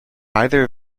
either